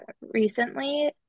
recently